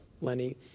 Lenny